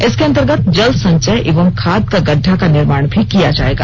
इसके अंतर्गत जल संचय एवं खाद का गड्डा का निर्माण भी किया जायेगा